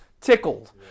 tickled